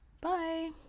Bye